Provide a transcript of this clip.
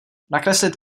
nakreslit